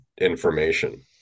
information